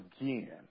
again